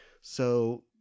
So-